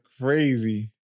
crazy